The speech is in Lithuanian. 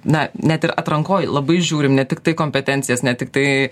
na net ir atrankoj labai žiūrim ne tiktai kompetencijas ne tik tai